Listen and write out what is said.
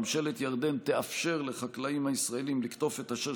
ממשלת ירדן תאפשר לחקלאים הישראלים לקטוף את אשר